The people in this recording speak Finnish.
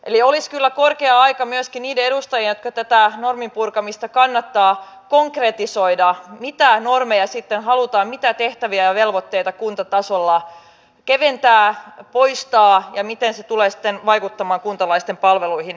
eli olisi kyllä korkea aika myöskin niiden edustajien jotka tätä normien purkamista kannattavat sitäkin konkretisoida ja tarkentaa mitä normeja mitä tehtäviä ja velvoitteita kuntatasolla sitten halutaan keventää poistaa ja miten se tulee sitten vaikuttamaan kuntalaisten palveluihin